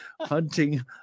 hunting